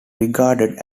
regarded